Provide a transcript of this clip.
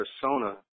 persona